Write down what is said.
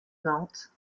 nantes